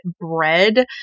bread